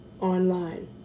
online